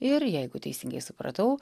ir jeigu teisingai supratau